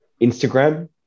instagram